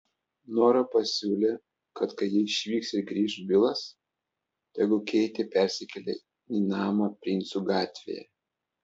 nora pasiūlė kad kai jie išvyks ir grįš bilas tegu keitė persikelia į namą princų gatvėje